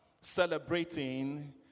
celebrating